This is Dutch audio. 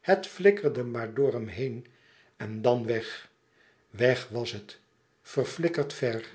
het flikkerde maar door hem heen en dan weg weg was het verflikkerd ver